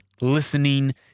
listening